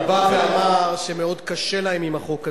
הוא בא ואמר שמאוד קשה להם עם החוק הזה.